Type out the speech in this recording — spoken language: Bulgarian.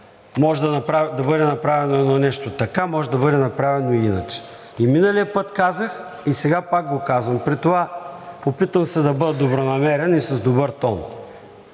може да бъде направено едно нещо така, може да бъде направено и иначе. И миналия път казах, и сега пак го казвам, при това опитвам се да бъда добронамерен и с добър тон